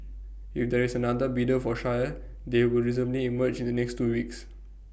if there is another bidder for Shire they will reasonably emerge in the next two weeks